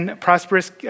prosperous